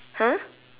!huh!